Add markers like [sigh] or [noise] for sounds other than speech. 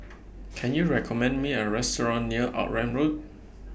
[noise] Can YOU recommend Me A Restaurant near Outram Road [noise]